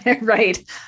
Right